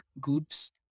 goods